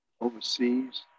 overseas